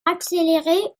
accélérer